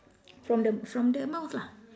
from the from the mouth lah